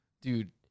dude